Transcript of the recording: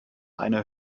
eine